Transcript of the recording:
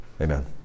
Amen